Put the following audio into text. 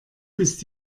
bist